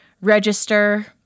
register